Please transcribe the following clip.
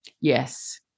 Yes